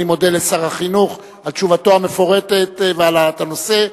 אני מודה לשר החינוך על תשובתו המפורטת ועל העלאת הנושא.